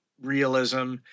realism